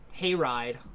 hayride